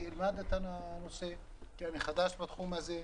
אני אלמד את הנושא כי אני חדש בתחום הזה.